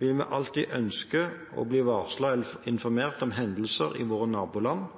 vil vi alltid ha ønske om å bli varslet eller informert om hendelser i våre naboland,